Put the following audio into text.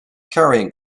carrying